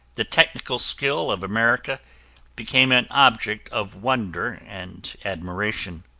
the technical skill of america became an object of wonder and admiration.